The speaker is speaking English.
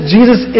Jesus